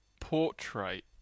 portrait